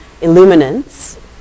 Illuminance